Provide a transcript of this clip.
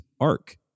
arc